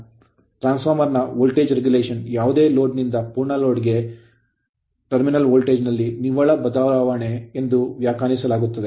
ಆದ್ದರಿಂದ transformer ನ voltage regulation ನಿಯಂತ್ರಣವನ್ನು ಯಾವುದೇ ಲೋಡ್ ನಿಂದ ಪೂರ್ಣ ಲೋಡ್ ಗೆ secondary ದ್ವಿತೀಯ ಟರ್ಮಿನಲ್ ವೋಲ್ಟೇಜ್ ನಲ್ಲಿ ನಿವ್ವಳ ಬದಲಾವಣೆ ಎಂದು ವ್ಯಾಖ್ಯಾನಿಸಲಾಗಿದೆ